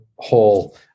whole